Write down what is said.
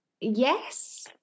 Yes